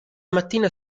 mattina